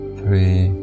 three